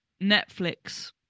Netflix